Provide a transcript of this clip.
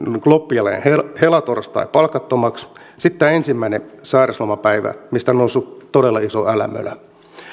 loppiainen ja helatorstai palkattomiksi ja sitten ensimmäinen sairauslomapäivä mistä on noussut todella iso älämölö